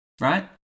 Right